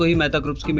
mehta group's group's